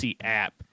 app